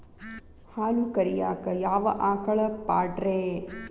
ಹಾಲು ಕರಿಯಾಕ ಯಾವ ಆಕಳ ಪಾಡ್ರೇ?